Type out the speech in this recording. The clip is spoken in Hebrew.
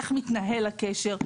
איך מתנהל הקשר,